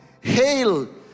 hail